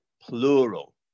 plural